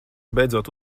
beidzot